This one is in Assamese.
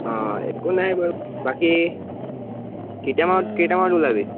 অঁ একো নাই বাৰু বাকী কেইটামানত কেইটামানত ওলাবি